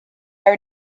are